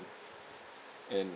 and